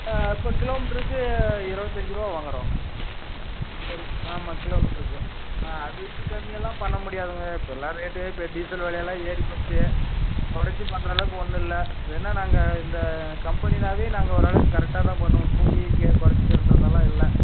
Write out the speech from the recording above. இப்போ கிலோமீட்டருக்கு இருபத்தஞ்சி ருபா வாங்குகிறோம் ஒரு ஆமாம் கிலோமீட்டருக்கு அதுக்கு கம்மியாகலாம் பண்ண முடியாதுங்க இப்போ எல்லாம் ரேட்டு இப்போ டீசல் விலையெல்லாம் ஏறிப்போச்சு கொறைச்சி பண்ணுற அளவுக்கு ஒன்றும் இல்லை வேணுனா நாங்கள் இந்த கம்பனினாலே நாங்கள் ஓரளவுக்கு கரெக்டாக தான் பண்ணுவோம் கூட்டிக்க கொறைச்சிக்கன்றதெல்லாம் இல்லை